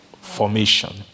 formation